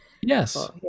Yes